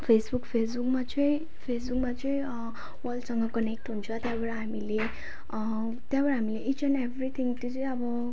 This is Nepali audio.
फेसबुक फेसबुकमा चाहिँ फेसबुकमा चाहिँ वलसँग कनेक्ट हुन्छ त्यहाँबाट हामीले त्यहाँबाट हामीले इच एन्ड एभ्रिथिङ त्यो चाहिँ अब